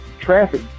traffic